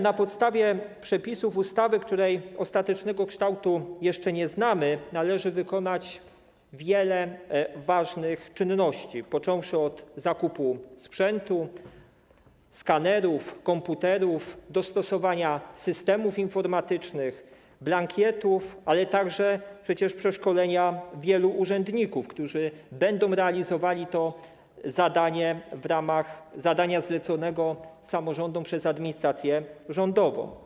Na podstawie przepisów ustawy, której ostatecznego kształtu jeszcze nie znamy, należy wykonać wiele ważnych czynności, począwszy od zakupu sprzętu, skanerów, komputerów, dostosowania systemów informatycznych, blankietów, ale także przecież przeszkolenia wielu urzędników, którzy będą realizowali to zadanie w ramach zadania zleconego samorządom przez administrację rządową.